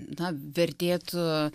na vertėtų